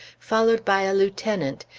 followed by a lieutenant,